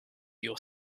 your